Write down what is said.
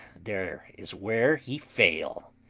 there is where he fail!